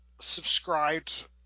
subscribed